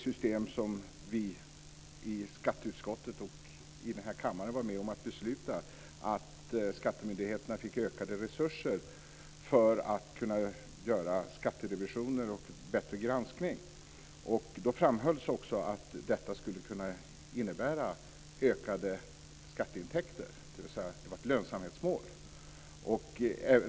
När vi i skatteutskottet och den här kammaren var med om att besluta att skattemyndigheterna skulle få ökade resurser för att kunna göra skatterevisioner och en bättre granskning framhölls också att detta skulle kunna innebära ökade skatteintäkter, dvs. att det var ett lönsamhetsmål.